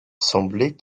semblait